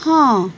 ହଁ